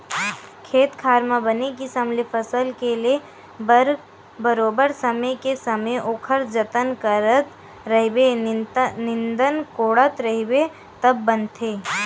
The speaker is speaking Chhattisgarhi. खेत खार म बने किसम ले फसल के ले बर बरोबर समे के समे ओखर जतन करत रहिबे निंदत कोड़त रहिबे तब बनथे